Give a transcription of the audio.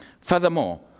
Furthermore